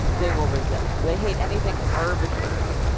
they will resist. they hate anything arbitrary,